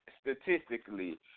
Statistically